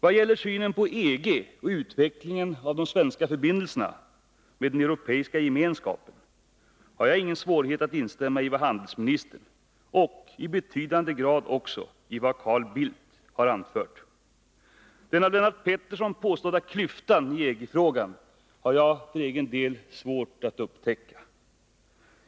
Vad gäller synen på EG och utvecklingen av de svenska förbindelserna med den europeiska gemenskapen, har jag ingen svårighet att instämma i vad handelsministern och i betydande grad också Carl Bildt har anfört. Den av Lennart Pettersson påstådda klyftan i EG-frågan har jag för egen del svårt att upptäcka.